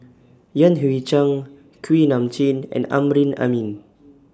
Yan Hui Chang Kuak Nam Jin and Amrin Amin